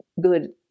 good